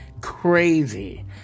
crazy